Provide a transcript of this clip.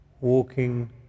walking